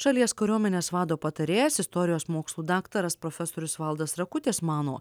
šalies kariuomenės vado patarėjas istorijos mokslų daktaras profesorius valdas rakutis mano